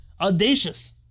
audacious